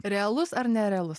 realus ar nerealus